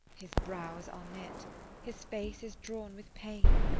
his brows are knit his face is drawn with pain.